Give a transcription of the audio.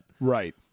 Right